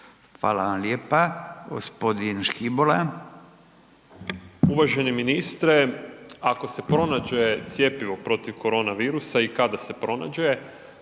Marin (Nezavisni)** Uvaženi ministre, ako se pronađe cjepivo protiv koronavirusa i kada se pronađe,